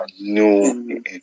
new